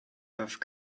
have